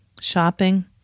shopping